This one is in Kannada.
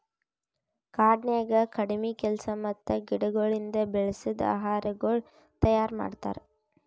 ಕಾಡನ್ಯಾಗ ಕಡಿಮಿ ಕೆಲಸ ಮತ್ತ ಗಿಡಗೊಳಿಂದ್ ಬೆಳಸದ್ ಆಹಾರಗೊಳ್ ತೈಯಾರ್ ಮಾಡ್ತಾರ್